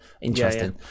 Interesting